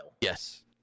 Yes